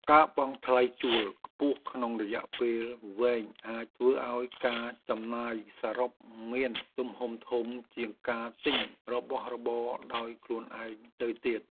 ការបង់ថ្លៃជួលខ្ពស់ក្នុងរយៈពេលវែងអាចធ្វើឱ្យការចំណាយសរុបមានទំហំធំជាងការទិញរបស់របរដោយខ្លួនឯងទៅទៀត។